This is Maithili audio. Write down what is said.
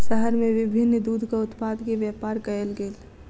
शहर में विभिन्न दूधक उत्पाद के व्यापार कयल गेल